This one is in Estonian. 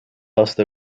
aasta